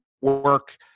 work